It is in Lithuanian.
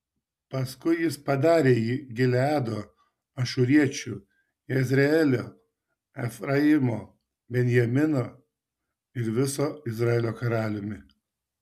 paskui jis padarė jį gileado ašūriečių jezreelio efraimo benjamino ir viso izraelio karaliumi